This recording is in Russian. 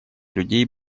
людей